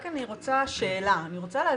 אני רוצה להזכיר